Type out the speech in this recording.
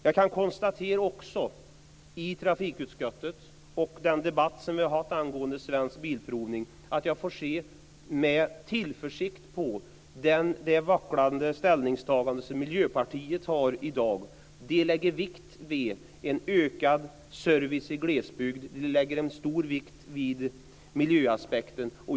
När det gäller trafikutskottet och diskussionen där om Svensk Bilprovning ser jag med tillförsikt på den vacklande inställning som Miljöpartiet har i dag. Miljöpartiet lägger vikt vid en ökad service i glesbygden och vid miljöaspekten.